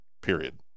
period